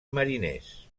mariners